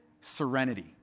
serenity